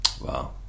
wow